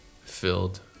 filled